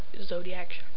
zodiac